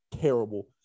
terrible